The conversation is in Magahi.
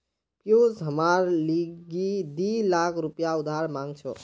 पियूष हमार लीगी दी लाख रुपया उधार मांग छ